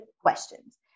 questions